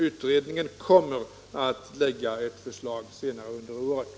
Utredningen kommer att lägga fram ett förslag senare under året.